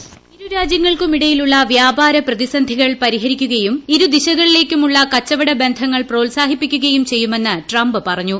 voice രാജ്യങ്ങൾക്കുമിടയിലുള്ള വ്യാപാര പ്രതിസന്ധികൾ ഇരു പരിഹരിക്കുകയും ഇരുദിശകളിലേക്കുമുള്ള കച്ചവട ബന്ധങ്ങൾ പ്രോത്സാഹിപ്പിക്കുകയും ടംപ് പറഞ്ഞു